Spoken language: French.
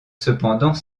cependant